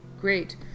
Great